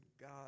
God